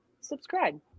subscribe